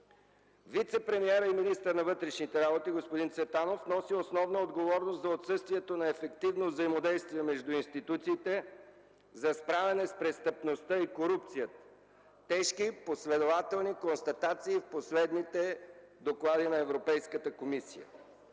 Вицепремиерът и министър на вътрешните работи господин Цветанов носи основна отговорност за отсъствието на ефективно взаимодействие между институциите за справяне с престъпността и корупцията – тежки, последователни констатации в последните доклади на Европейската комисия.